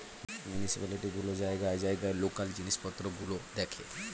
municipality গুলো জায়গায় জায়গায় লোকাল জিনিসপত্র গুলো দেখে